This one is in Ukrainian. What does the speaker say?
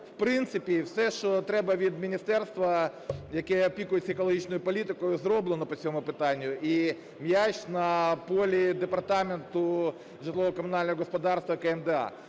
в принципі, все, що треба від міністерства, яке опікується екологічною політикою, зроблено по цьому питанню, і м'яч на полі Департаменту житлово-комунального господарства КМДА.